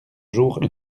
jour